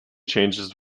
changes